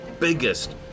biggest